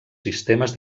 sistemes